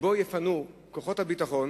שבו יפנו כוחות הביטחון